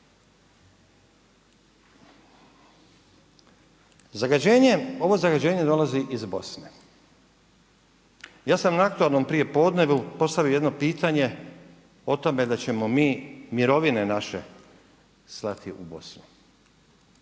Zagađenje, ovo zagađenje dolazi iz Bosne. Ja sam na aktualnom prijepodnevu postavio jedno pitanje o tome da ćemo mi mirovine naše slati u Bosnu.